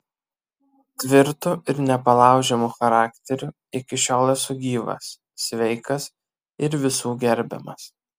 tvirtu ir nepalaužiamu charakteriu iki šiol esu gyvas sveikas ir visų gerbiamas